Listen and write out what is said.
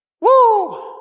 Woo